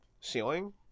ceiling